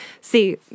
See